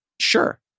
Sure